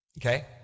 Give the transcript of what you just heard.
Okay